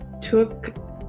took